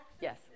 Yes